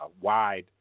wide